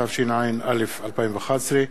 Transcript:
התשע"א 2011,